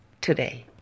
today